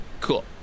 cool